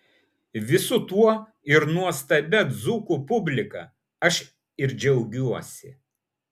visu tuo ir nuostabia dzūkų publika aš ir džiaugiuosi